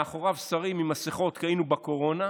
מאחוריו שרים עם מסכות, כי היינו בקורונה,